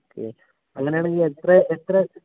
okay അങ്ങനെയാണെങ്കിൽ എത്ര എത്ര